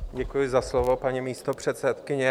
Děkuji za slovo, paní místopředsedkyně.